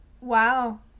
Wow